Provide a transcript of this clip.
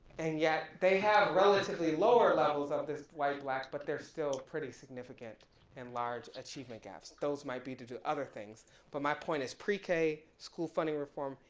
and yet they have relatively lower levels of this white, black but they're still pretty significant and large achievement gaps. those might be to do other things but my point is pre-k school funding reform,